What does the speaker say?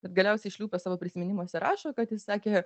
bet galiausiai šliūpas savo prisiminimuose rašo kad jis sakė